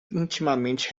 intimamente